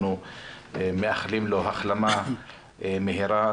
אנחנו מאחלים לו החלמה מהירה,